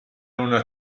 una